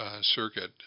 circuit